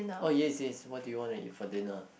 oh yes yes what did you want to eat for dinner